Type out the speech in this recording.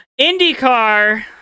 IndyCar